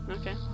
Okay